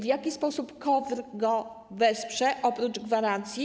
W jaki sposób KOWR go wesprze oprócz gwarancji?